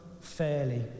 fairly